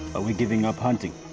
are we giving up hunting,